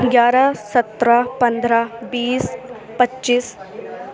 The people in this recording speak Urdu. گیارہ سترہ پندرہ بیس پچیس